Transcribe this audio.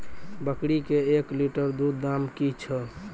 बकरी के एक लिटर दूध दाम कि छ?